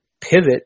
pivot